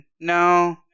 No